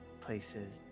places